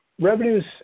revenues